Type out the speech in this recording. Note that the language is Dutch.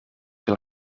wil